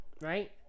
right